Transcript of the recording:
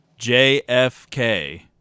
JFK